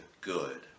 good